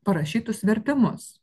parašytus vertimus